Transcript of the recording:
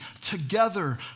together